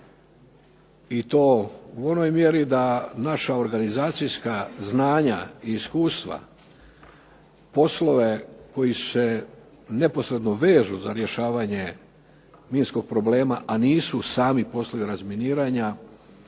i to u onoj mjeri da naša organizacijska znanja i iskustva poslove koji se neposredno vežu za rješavanje minskog problema, a nisu sami poslovi razminiranja